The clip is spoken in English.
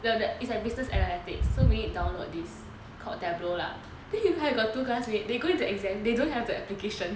it's like business analytics so we need to download this called tableau lah then you know I got two classmates they go into exam they don't have the application